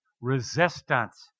resistance